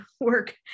work